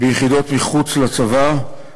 ביחידות מחוץ לצבא,